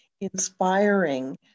inspiring